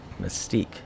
Mystique